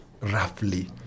roughly